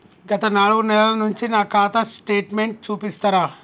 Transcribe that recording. గత నాలుగు నెలల నుంచి నా ఖాతా స్టేట్మెంట్ చూపిస్తరా?